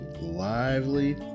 lively